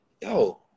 yo